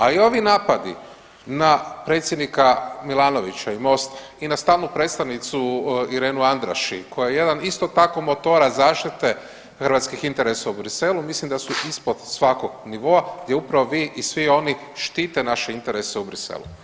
A i ovi napadi na predsjednika Milanovića i MOST i na stalnu predstavnicu Irenu Andraši koja je jedan isto tako motor zaštite hrvatskih interesa u Bruxellesu mislim da su ispod svakog nivoa gdje upravo vi i svi o9ni štite naše interese u Bruxellesu.